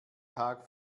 tag